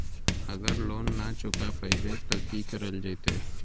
अगर लोन न चुका पैबे तो की करल जयते?